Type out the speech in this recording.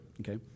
okay